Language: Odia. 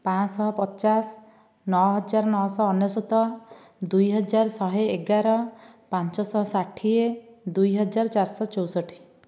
ପାଁଶହ ପଚାଶ ନଅ ହଜାର ନଶହ ଅନେଶ୍ୱତ ଦୁଇହଜାର ଶହେ ଏଗାର ପାଞ୍ଚଶହ ଷାଠିଏ ଦୁଇହଜାର ଚାରିଶହ ଚଉଷଠି